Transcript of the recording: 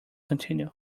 continue